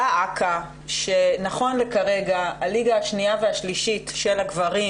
דא עקא שנכון לכרגע הליגה השנייה והשלישית של הגברים